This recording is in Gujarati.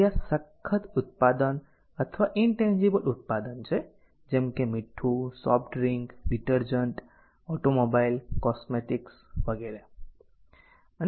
તેથી આ સખત ઉત્પાદન અથવા ટેન્જીબલ ઉત્પાદન છે જેમ કે મીઠું soft drink detergent automobile cosmetics વગેરે